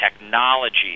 technology